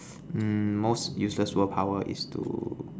mm most useless superpower is to